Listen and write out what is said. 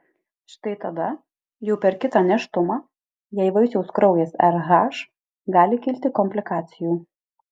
štai tada jau per kitą nėštumą jei vaisiaus kraujas rh gali kilti komplikacijų